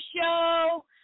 show